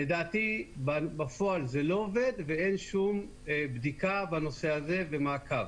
לדעתי בפועל זה לא עובד ואין שום בדיקה בנושא הזה ומעקב.